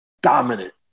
dominant